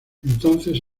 entonces